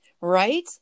Right